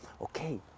okay